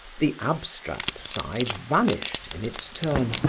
the abstract side vanished, in its turn,